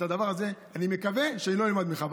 את הדבר הזה אני מקווה שלא אלמד ממך,